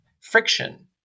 friction